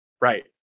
Right